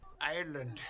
Ireland